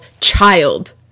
child